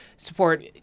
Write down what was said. support